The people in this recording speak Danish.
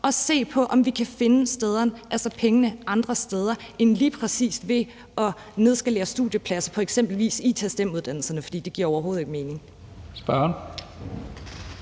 at se på, om vi kan finde pengene andre steder end lige præcis ved at nedskalere studiepladser på eksempelvis it-centret, for det giver overhovedet ikke mening.